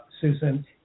Susan